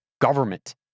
government